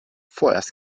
vorerst